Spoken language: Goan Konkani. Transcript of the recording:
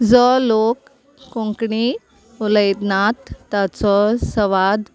जो लोक कोंकणी उलयतना ताचो संवाद